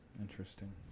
Interesting